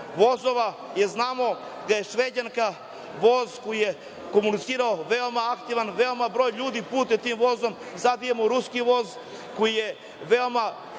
vozova, jel znamo da je „Šveđanka“, voz koji je komunicirao veoma aktivan, veoma veliki broj ljudi putuje tim vozom, sada imamo ruski voz, koji je veoma